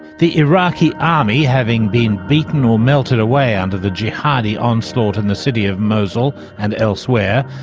the iraqi army, having been beaten or melted away under the jihadi onslaught in the city of mosul and elsewhere,